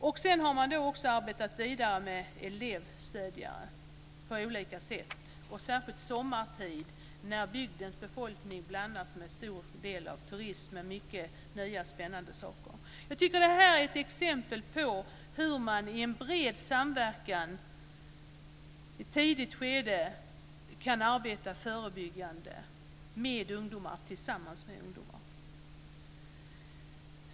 Man har sedan arbetat vidare med elevstödjare på olika sätt, särskilt sommartid när bygdens befolkning blandas med en stor del turism med mycket nya spännande saker. Jag tycker att detta är ett exempel på hur man i en bred samverkan och i ett tidigt skede kan arbeta förebyggande tillsammans med ungdomar.